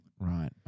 Right